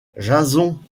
jason